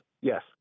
Yes